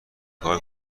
کار